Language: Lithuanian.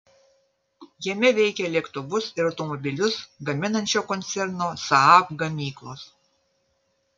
jame veikia lėktuvus ir automobilius gaminančio koncerno saab gamyklos